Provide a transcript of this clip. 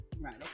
Right